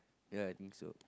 ya I think so